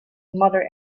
mother